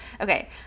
okay